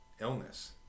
illness